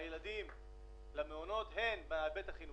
הילדים למעונות - הן בהיבט החינוכי,